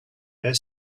their